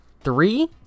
three